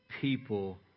people